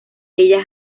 ella